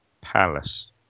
Palace